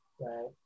right